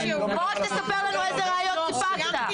בוא רק תספר לנו איזה ראיות סיפקת.